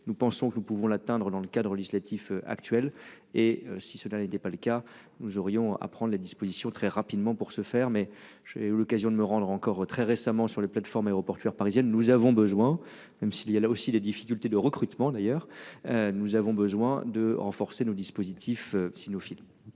Nous pensons que nous pouvons l'atteindre. Dans le cadre au législatif actuel. Et si cela n'était pas le cas, nous aurions à prendre les dispositions très rapidement pour se faire, mais j'ai eu l'occasion de me rendre encore très récemment sur les plateformes aéroportuaires parisiennes. Nous avons besoin, même s'il y a là aussi des difficultés de recrutement, d'ailleurs. Nous avons besoin de renforcer nos dispositifs cynophile.